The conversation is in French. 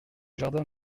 jardin